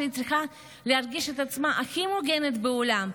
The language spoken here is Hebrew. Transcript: שהיא צריכה להרגיש בה הכי מוגנת בעולם,